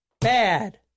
bad